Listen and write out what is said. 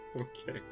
Okay